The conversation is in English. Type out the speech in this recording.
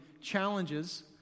challenges